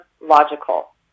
logical